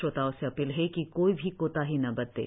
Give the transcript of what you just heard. श्रोताओं से अपील है कि कोई भी कोताही न बरतें